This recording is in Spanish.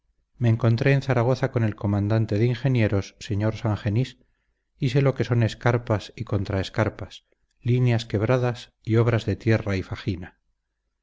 me encontré en zaragoza con el comandante de ingenieros sr sangenís y sé lo que son escarpas y contraescarpas líneas quebradas y obras de tierra y fajina